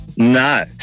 No